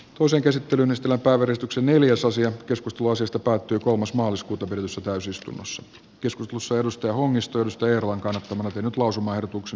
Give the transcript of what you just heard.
toisen käsittelyn estellä parrestoksen neljäsosia joskus tuosesta päättyy kolmas maaliskuuta torinossa reijo hongisto juho eerolan kannattamana tehnyt seuraavan lausumaehdotuksen